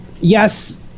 Yes